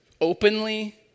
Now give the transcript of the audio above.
openly